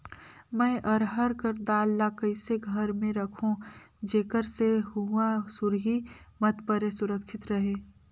मैं अरहर कर दाल ला कइसे घर मे रखों जेकर से हुंआ सुरही मत परे सुरक्षित रहे?